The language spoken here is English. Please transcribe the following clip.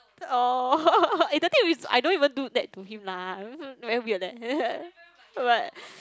oh eh the thing is I don't even do that to him lah very weird eh but